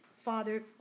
Father